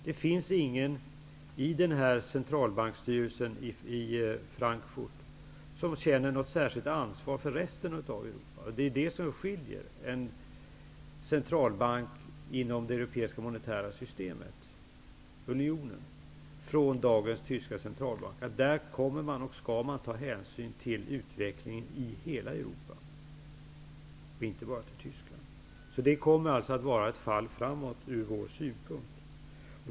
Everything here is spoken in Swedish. Det finns ingen i den här centralbanksstyrelsen i Frankfurt som känner något särskilt ansvar för resten av Europa. Det som skiljer en centralbank inom den europeiska monetära unionen från dagens tyska centralbank är att man i den förra kommer att, och skall, ta hänsyn till utvecklingen i hela Europa, inte bara i Tyskland. Detta kommer alltså att innebära ett fall framåt, sett ur vår synpunkt.